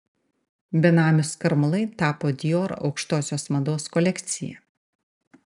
benamių skarmalai tapo dior aukštosios mados kolekcija